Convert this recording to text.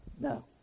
no